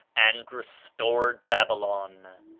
and restored babylon.